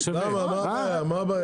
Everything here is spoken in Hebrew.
למה, מה הבעיה?